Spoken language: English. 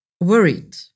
worried